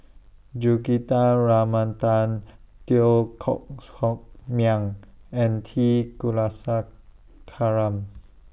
Juthika Ramanathan Teo Koh Sock Miang and T Kulasekaram